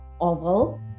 Oval